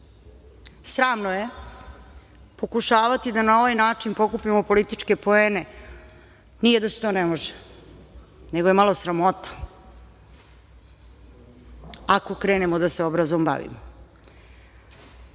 Sramno je pokušavati da na ovaj način pokupimo političke poene. Nije da se to ne može, nego je malo sramota, ako krenemo da se obrazom bavimo. Ja